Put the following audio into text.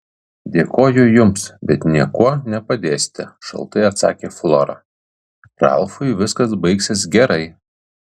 dėkoju jums bet niekuo nepadėsite šaltai atsakė flora ralfui viskas baigsis gerai